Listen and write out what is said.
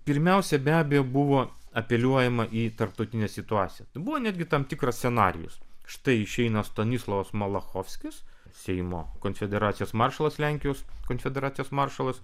pirmiausia be abejo buvo apeliuojama į tarptautinę situaciją buvo netgi tam tikras scenarijus štai išeina stanislovas malachovskis seimo konfederacijos maršalas lenkijos konfederacijos maršalas